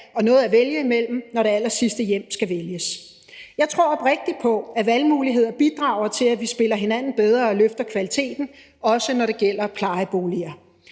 og noget at vælge imellem, når det allersidste hjem skal vælges. Jeg tror oprigtigt på, at valgmuligheder bidrager til, at vi spiller hinanden bedre og løfter kvaliteten, også når det gælder plejeboliger.